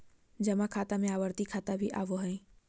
जमा खाता में आवर्ती खाता भी आबो हइ